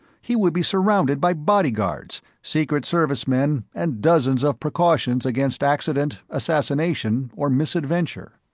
he would be surrounded by bodyguards, secret service men and dozens of precautions against accident, assassination or misadventure.